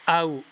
ଆଉ